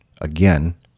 again